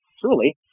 truly